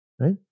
right